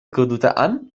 kedutaan